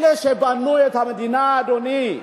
אלה שבנו את המדינה, אדוני,